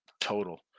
total